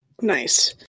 Nice